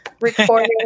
recording